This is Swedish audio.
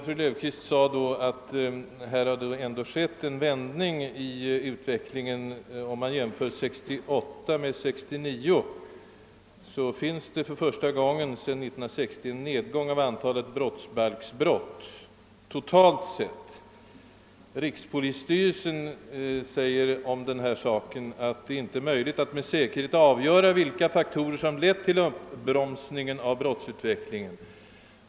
Fru Löfqvist sade att det ändå framgår att det skett en vändning i utvecklingen, om man jämför 1968 med 1969, eftersom det är första gången sedan 1960 som en nedgång av antalet brottsbalksbrott kan redovisas totalt sett. Rikspolisstyrelsen har dock uttalat att det inte är möjligt att med säkerhet avgöra vilka faktorer som lett till denna uppbromsning av brottsutvecklingen.